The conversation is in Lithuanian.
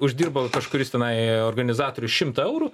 uždirbo kažkuris tenai organizatorius šimtą eurų